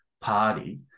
party